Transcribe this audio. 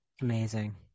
Amazing